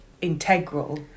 integral